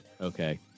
Okay